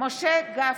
משה גפני,